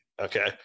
okay